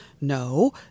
no